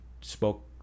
spoke